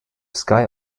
sky